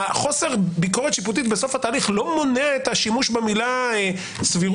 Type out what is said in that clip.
חוסר ביקורת שיפוטית בסוף התהליך לא מונע את השימוש במילה סבירות